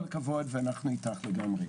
כל הכבוד, אנחנו איתך לגמרי.